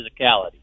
physicality